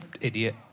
idiot